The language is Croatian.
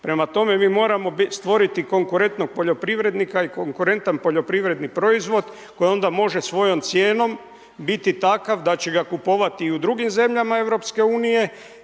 Prema tome, mi moramo stvoriti konkurentnog poljoprivrednika i konkurentan poljoprivredni proizvod koji onda može svojom cijenom biti takav da će ga kupovati i u drugim zemljama